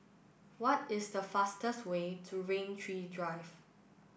what is the fastest way to Rain Tree Drive